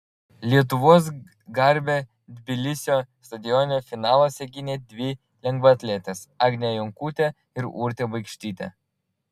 lietuvos garbę tbilisio stadione finaluose gynė dvi lengvaatletės agnė jonkutė ir urtė baikštytė